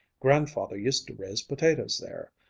grandfather used to raise potatoes there.